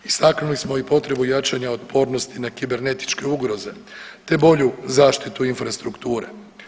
Istaknuli smo i potrebu jačanja otpornosti na kibernetičke ugroze, te bolju zaštitu infrastrukture.